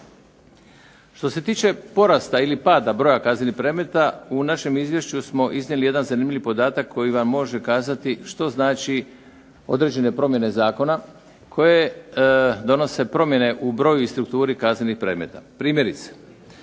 Što se tiče porasta ili pada broja kaznenih predmeta u našem izvješću smo iznijeli jedan zanimljivi podatak koji vam može kazati što znači određene promjene zakona koje donose promjene u broju i strukturi kaznenih predmeta. Primjerice,